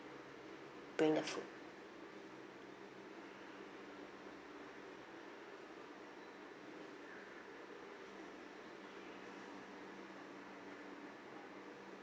bring the food